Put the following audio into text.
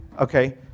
okay